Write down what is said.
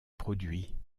produits